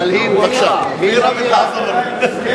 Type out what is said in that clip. הם לא הבינו למה הוא מתכוון.